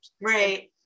Right